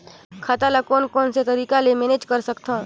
खाता ल कौन कौन से तरीका ले मैनेज कर सकथव?